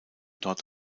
dort